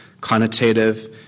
connotative